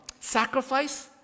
sacrifice